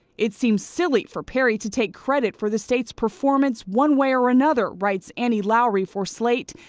it seems silly for perry to take credit for the state's performance, one way or another, writes annie lowrey for slate.